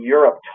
Europe